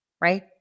Right